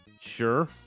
Sure